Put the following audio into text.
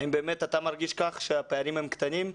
האם באמת אתה מרגיש שהפערים קטנים?